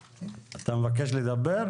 בבקשה.